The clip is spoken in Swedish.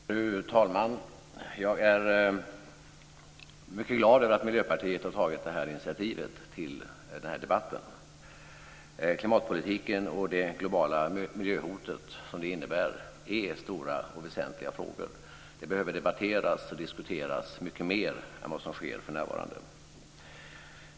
Fru talman! Jag är mycket glad över att Miljöpartiet har tagit initiativet till den här debatten. Klimatpolitiken och det globala miljöhot som det innebär är stora och väsentliga frågor. Det behöver debatteras och diskuteras mycket mer än vad som sker för närvarande.